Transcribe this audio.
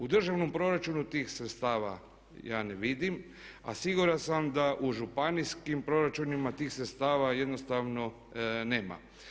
U državnom proračunu tih sredstava ja ne vidim, a siguran sam da u županijskim proračunima tih sredstava jednostavno nema.